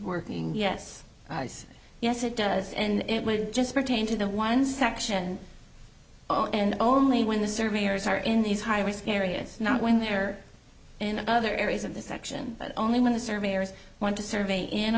working yes yes it does and it would just pertain to the one section and only when the surveyors are in these high risk areas not when they're in other areas of the section but only when the surveyors want to survey